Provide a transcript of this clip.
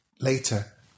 Later